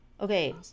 Okay